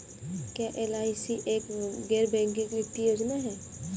क्या एल.आई.सी एक गैर बैंकिंग वित्तीय योजना है?